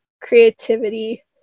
creativity